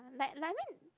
like like I mean